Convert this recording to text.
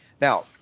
Now